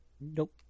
Nope